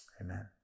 amen